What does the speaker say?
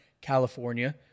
California